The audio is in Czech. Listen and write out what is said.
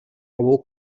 obou